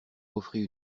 offrit